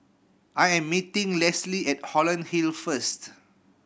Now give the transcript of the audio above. I am meeting Leslie at Holland Hill first